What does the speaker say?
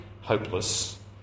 hopeless